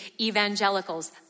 evangelicals